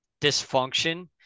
dysfunction